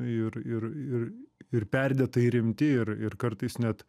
ir ir ir ir perdėtai rimti ir ir kartais net